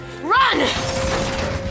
run